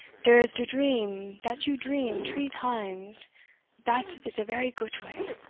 dere is de dream dat you dream tree times dat is a vary goot way.